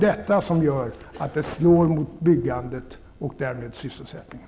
Det slår hårt mot byggandet och därmed sysselsättningen.